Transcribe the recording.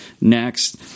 next